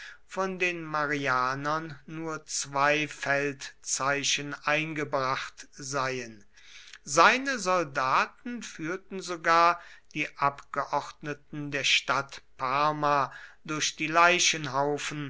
von den marianern nur zwei feldzeichen eingebracht seien seine soldaten führten sogar die abgeordneten der stadt parma durch die